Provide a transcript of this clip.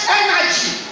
energy